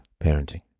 parenting